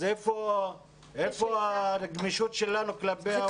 אז איפה הגמישות שלנו כלפי ההורים?